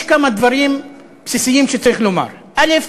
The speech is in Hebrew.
יש כמה דברים בסיסיים שצריך לומר: א.